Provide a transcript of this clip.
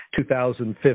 2015